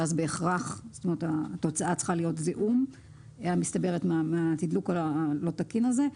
שאז בהכרח התוצאה צריכה להיות זיהום המסתבר מהתדלוק הלא תקין הזה,